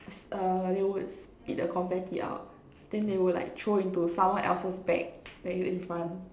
uh they would spit the confetti out then they will like throw into someone else's bag that is in front